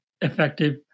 effective